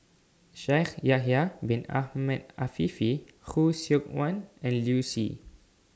Shaikh Yahya Bin Ahmed Afifi Khoo Seok Wan and Liu Si